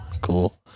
Cool